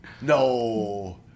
No